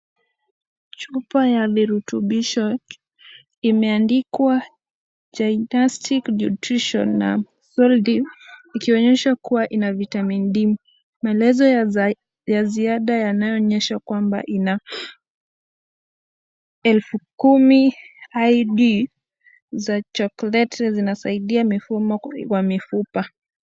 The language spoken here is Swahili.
Chupa ya virutubisho imeandikwa Ginnastic nutrition na Sol-D ikionyesha kuwa ina vitamini D. Maelezo ya ziada yanayoonyesha kwamba ina 10,000 ID za chokoleti zinasaidia mifumo kuriwa mifupa.